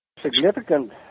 significant